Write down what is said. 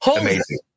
Amazing